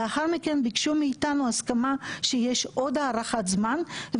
לאחר מכן ביקשו מאיתנו הסכמה שיש עוד הארכת זמן.